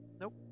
Nope